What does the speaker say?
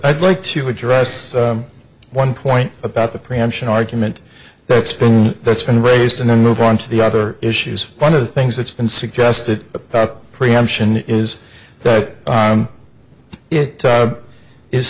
i'd like to address one point about the preemption argument that's been that's been raised and then move on to the other issues one of the things that's been suggested preemption is that